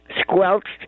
squelched